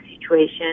situation